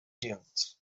dunes